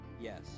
Yes